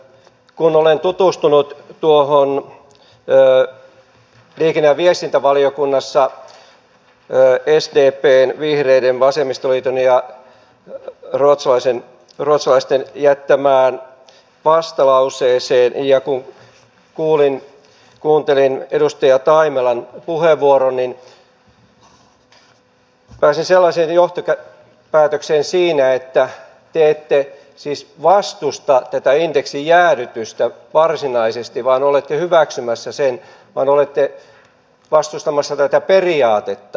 kun olen tutustunut tuohon liikenne ja viestintävaliokunnassa sdpn vihreiden vasemmistoliiton ja ruotsalaisten jättämään vastalauseeseen ja kun kuuntelin edustaja taimelan puheenvuoron niin pääsin sellaiseen johtopäätökseen siinä että te ette siis vastusta tätä indeksin jäädytystä varsinaisesti olette hyväksymässä sen vaan olette vastustamassa tätä periaatetta